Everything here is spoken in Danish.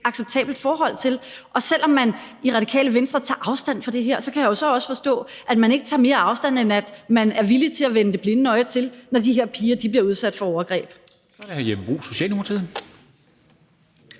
acceptabelt, og selv om man i Radikale Venstre tager afstand fra det her, kan jeg jo så også forstå, at man ikke tager mere afstand, end at man er villig til at vende det blinde øje til, når de her piger bliver udsat for overgreb.